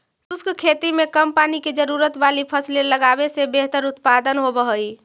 शुष्क खेती में कम पानी की जरूरत वाली फसलें लगावे से बेहतर उत्पादन होव हई